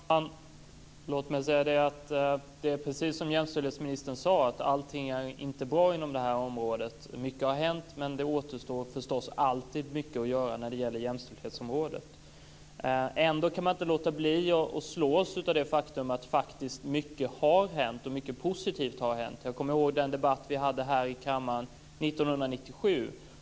Fru talman! Låt mig säga att det är precis som jämställdhetsministern sade. Allting är inte bra inom det här området. Mycket har hänt, men det återstår förstås alltid mycket att göra när det gäller jämställdhetsområdet. Ändå kan man inte låta bli att slås av det faktum att mycket faktiskt har hänt, mycket positivt har hänt. Jag kommer ihåg den debatt som vi hade här i kammaren 1997.